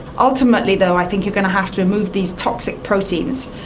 ultimately though i think you're going to have to remove these toxic proteins.